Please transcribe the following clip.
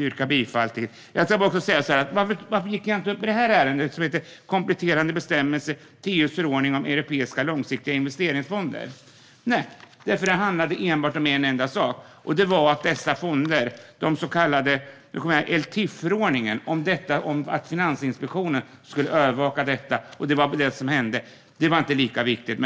yrka bifall till. Varför gick jag då inte upp i det ärende jag nu visar upp, Kompletterande bestämmelser till EU:s förordning om europeiska långsiktiga investeringsfonder ? Jo, för det handlade enbart om en enda sak, nämligen den så kallade Eltif-förordningen - att Finansinspektionen ska övervaka detta. Det var det som hände, men det var inte lika viktigt.